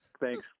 Thanks